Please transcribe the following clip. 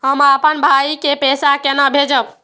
हम आपन भाई के पैसा केना भेजबे?